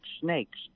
snakes